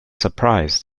surprised